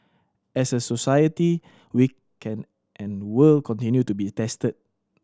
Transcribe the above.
as a society we can and will continue to be tested